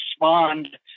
respond